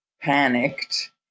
Panicked